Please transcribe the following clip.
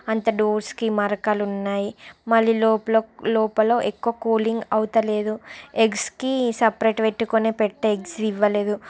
అంత డోర్స్కి మరకలు ఉన్నాయి మళ్ళీ లోపల లోపల ఎక్కువ కూలింగ్ అవడంలేదు ఎగ్స్కి సపరేట్ పెట్టుకొనే పెట్టె ఎగ్స్ ఇవ్వలేదు